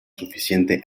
suficiente